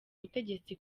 butegetsi